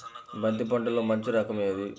బంతి పంటలో మంచి రకం ఏది?